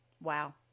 Wow